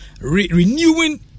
renewing